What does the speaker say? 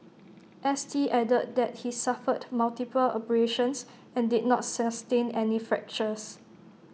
S T added that he suffered multiple abrasions and did not sustain any fractures